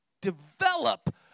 Develop